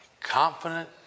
Confident